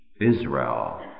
Israel